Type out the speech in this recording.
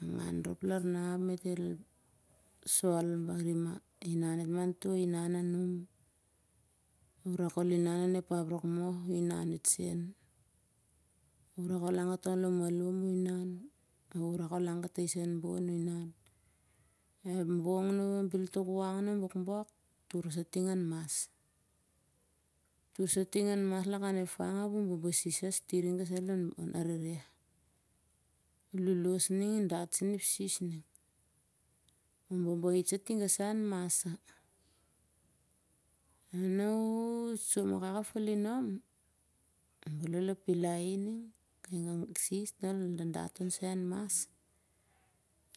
Angan rop lar na ap met el sol barim mah. inan on ep hap rakmoh uh inan it sen. uh rak ol han katong lon malum uh inan, uh rakol han katais an bon uh inan. ep bong na bel tok wang nu bobok, tur sah ting an mas. tur sah tim han bon lakan ep fang ap uh babasi sah rherhe, uh lolosh ning uh dat sen ep sis ning. uh babait sah tinga sah an mas sah. na uh som akak ep falinom. bel ol apilai i ning kai sis nah ol dadat on sai han mas.